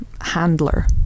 handler